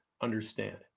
understand